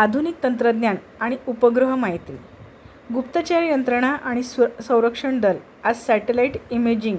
आधुनिक तंत्रज्ञान आणि उपग्रह माहिती गुप्तचर यंत्रणा आणि स् संरक्षणदल आज सॅटेलाईट इमेजिंग